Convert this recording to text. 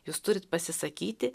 jūs turit pasisakyti